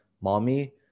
mommy